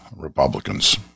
Republicans